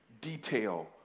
detail